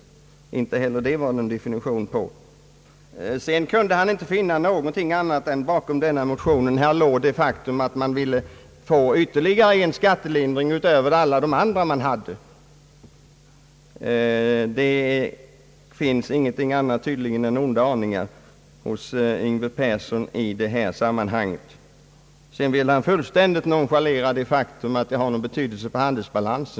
Inte heller på denna punkt lämnade han någon definition. Herr Yngve Persson kunde vidare inte finna annat än att bakom denna motion låg det faktum, att vi ville få till stånd ytterligare en skattelindring för en viss grupp »utöver alla tidigare». Det finns tydligen ingenting annat än onda aningar hos herr Persson i detta sammanhang! Han ville fullständigt nonchalera det förhållandet, att denna fråga hade betydelse för vår handelsbalans.